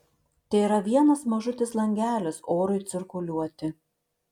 tėra vienas mažutis langelis orui cirkuliuoti